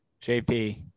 JP